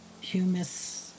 humus